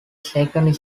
second